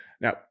Now